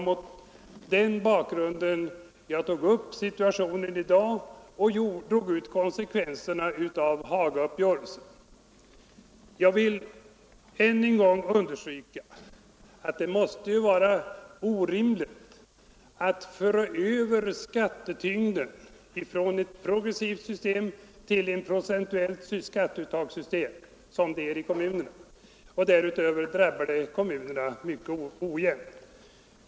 Mot den bakgrunden tog jag upp situationen i dag och drog ut konsekvenserna av Hagauppgörelsen. Jag vill än en gång understryka att det måste vara orimligt att föra över skattetyngden från ett progressivt skatteuttagssystem till ett procentuellt system, som det är i kommunerna. Därutöver drabbas kommunerna mycket ojämnt.